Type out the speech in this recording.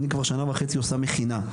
אני כבר שנה וחצי עושה מכינה.